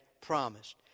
promised